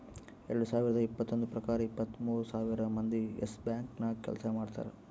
ಎರಡು ಸಾವಿರದ್ ಇಪ್ಪತ್ತೊಂದು ಪ್ರಕಾರ ಇಪ್ಪತ್ತು ಮೂರ್ ಸಾವಿರ್ ಮಂದಿ ಯೆಸ್ ಬ್ಯಾಂಕ್ ನಾಗ್ ಕೆಲ್ಸಾ ಮಾಡ್ತಾರ್